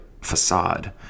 facade